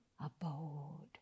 abode